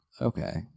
Okay